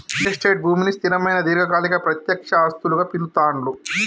real estate భూమిని స్థిరమైన దీర్ఘకాలిక ప్రత్యక్ష ఆస్తులుగా పిలుత్తాండ్లు